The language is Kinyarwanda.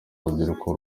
rubyiruko